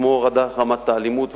כמו הורדת רמת האלימות וכדומה.